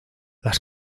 las